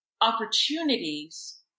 opportunities